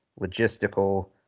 logistical